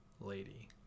lady